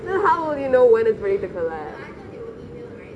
then how will you know when it's ready to collect